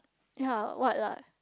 ye what lah